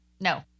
No